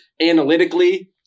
analytically